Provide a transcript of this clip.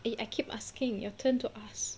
eh I keep asking your turn to ask